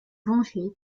vengé